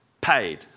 paid